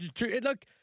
Look